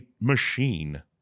machine